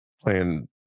playing